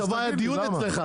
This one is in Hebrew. השבוע היה דיון אצלך,